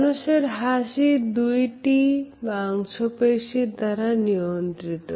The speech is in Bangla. মানুষের হাসি দুইটি মাংসপেশির দ্বারা নিয়ন্ত্রিত